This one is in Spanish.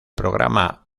programa